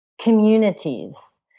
communities